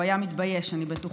הוא היה מתבייש, אני בטוחה.